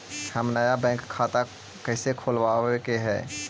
हम नया बैंक खाता कैसे खोलबाबे के है?